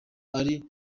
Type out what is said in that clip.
ari